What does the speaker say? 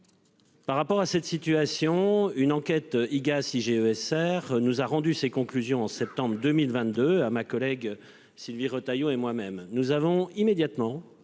Par rapport à cette situation une enquête IGAS ESR nous a rendu ses conclusions en septembre 2022 à ma collègue, Sylvie Retailleau et moi-même nous avons immédiatement